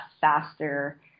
faster